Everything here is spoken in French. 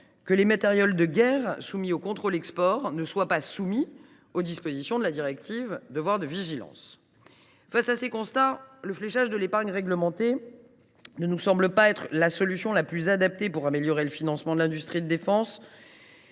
que les matériels de guerre soumis au contrôle à l’export ne soient pas soumis aux dispositions de la directive sur le devoir de vigilance. Face à de tels constats, le fléchage de l’épargne réglementée ne nous semble pas être la solution adaptée pour améliorer le financement de l’industrie de défense.